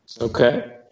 Okay